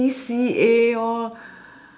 C_C_A all